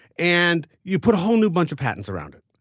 and you put a whole new bunch of patents around it,